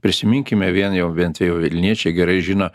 prisiminkime vien jau vient jau vilniečiai gerai žino